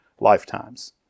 lifetimes